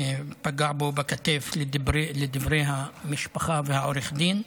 פגע בו בכתף, לדברי המשפחה ועורך הדין.